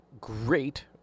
great